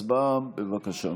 הצבעה, בבקשה.